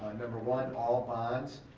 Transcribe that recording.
number one, all bonds,